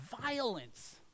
violence